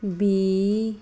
B